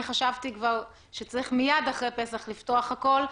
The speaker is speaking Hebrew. אני חשבתי שהיה צריך מיד אחרי פסח לפתוח הכל,